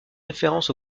référence